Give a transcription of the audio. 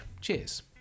cheers